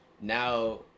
now